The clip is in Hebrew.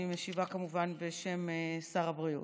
אני משיבה כמובן בשם שר הבריאות.